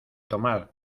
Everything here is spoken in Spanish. tomar